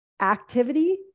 activity